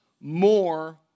more